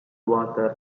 water